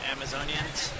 Amazonians